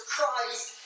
Christ